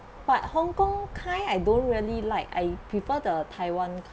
but hong kong kind I don't really like I prefer the taiwan